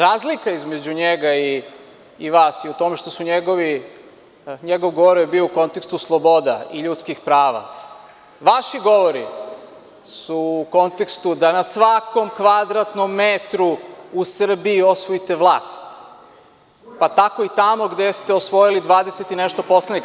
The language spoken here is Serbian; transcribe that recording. Razlika između njega i vas je u tome što je njegov govor bio u kontekstu sloboda i ljudskih prava, a vaši govori su u kontekstu da na svakom kvadratnom metru u Srbiji osvojite vlast, pa tako i tamo gde ste osvojili 20 i nešto poslanika.